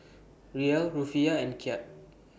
Riel Rufiyaa and Kyat